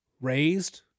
raised